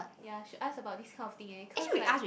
ya should ask about this kind of thing eh because like